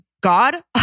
God